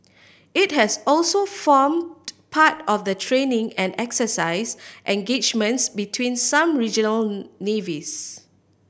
it has also formed part of the training and exercise engagements between some regional navies